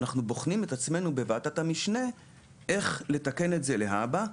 אז אנחנו בוחנים את עצמנו בוועדת המשנה איך לתקן את זה להבא.